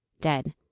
dead